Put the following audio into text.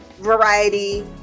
variety